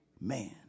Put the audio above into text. man